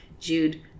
Jude